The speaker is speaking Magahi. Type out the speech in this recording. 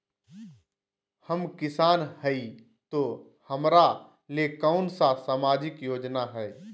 हम किसान हई तो हमरा ले कोन सा सामाजिक योजना है?